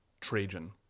Trajan